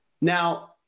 now